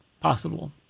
possible